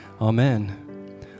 Amen